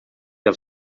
els